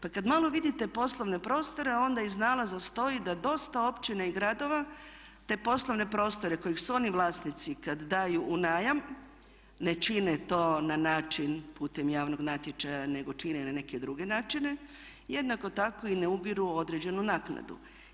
Pa kada malo vidite poslovne prostore onda iz nalaza stoji da dosta općina i gradova te poslovne prostore kojih su oni vlasnici kada daju u najam ne čine to na način putem javnog natječaja nego čine na neke druge načine, jednako tako i ne ubiru određenu naknadu.